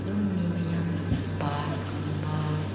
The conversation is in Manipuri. ꯑꯗꯨꯝ ꯃꯤ ꯃꯌꯥꯝ ꯕꯁꯀꯨꯝꯕ